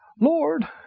Lord